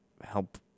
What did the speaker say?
help